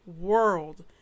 world